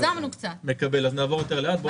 אז נעבור לאט לאט.